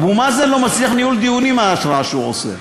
אבו מאזן לא מצליח לנהל דיונים מהרעש שהוא עושה.